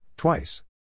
Twice